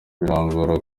birangora